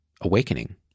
awakening